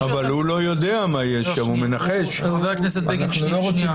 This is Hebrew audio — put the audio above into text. אבל הוא לא יודע מה יש שם, הוא מנחש.